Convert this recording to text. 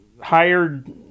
hired